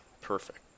perfect